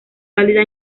válida